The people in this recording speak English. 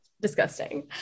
disgusting